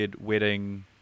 Wedding